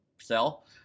sell